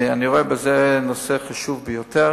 אני רואה בזה נושא חשוב ביותר,